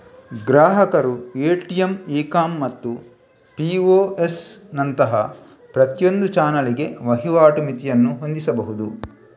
ಗ್ರಾಹಕರು ATM, e com ಮತ್ತು POS ನಂತಹ ಪ್ರತಿಯೊಂದು ಚಾನಲಿಗೆ ವಹಿವಾಟು ಮಿತಿಯನ್ನು ಹೊಂದಿಸಬಹುದು